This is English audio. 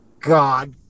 God